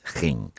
ging